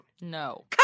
No